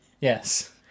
Yes